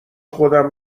خودمو